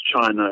China